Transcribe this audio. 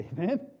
Amen